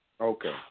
Okay